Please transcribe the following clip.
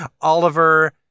Oliver